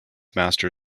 master